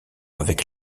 avec